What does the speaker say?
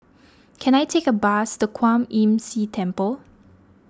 can I take a bus to Kwan Imm See Temple